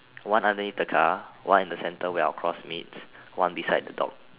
one underneath the car one in the center where our cross meet one beside the dog